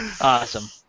Awesome